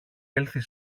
έλθεις